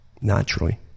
Naturally